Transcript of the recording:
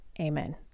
Amen